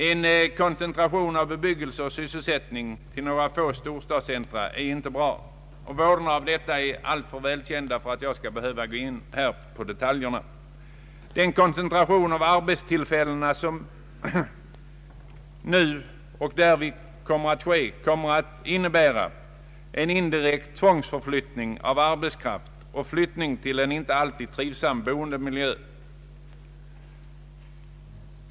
En koncentration av bebyggelse och sysselsättning till några få storstadscentra är inte bra. Vådorna härav är alltför välkända för att jag skall behöva gå in på detaljer. Den koncentration av arbetstillfällen som blir följden härav kommer att innebära en indirekt tvångsförflyttning av arbetskraft till en inte alltid trivsam boendemiljö.